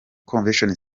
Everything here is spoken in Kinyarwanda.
convention